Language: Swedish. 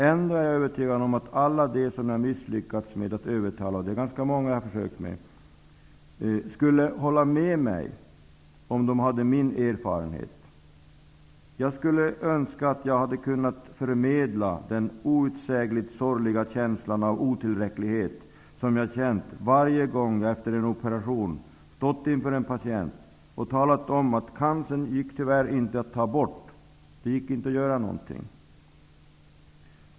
Ändå är jag övertygad om att alla de som jag har misslyckats med att övertala, vilket är ganska många, skulle hålla med mig om de hade min erfarenhet. Jag skulle önska att jag hade kunnat förmedla den outsägligt sorgliga känslan av otillräcklighet som jag har känt varje gång som jag efter en operation har stått inför en patient och talat om att cancern tyvärr inte gick att ta bort, att det inte gick att göra något.